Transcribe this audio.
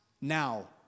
Now